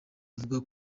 avuga